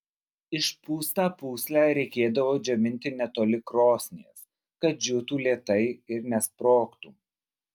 išpūstą pūslę reikėdavo džiovinti netoli krosnies kad džiūtų lėtai ir nesprogtų